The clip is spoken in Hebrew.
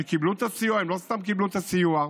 שקיבלו את הסיוע, הם לא סתם קיבלו את הסיוע,